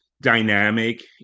dynamic